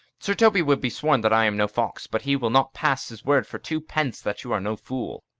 sir toby will be sworn that i am no fox but he will not pass his word for twopence that you are no fool.